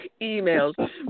emails